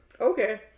Okay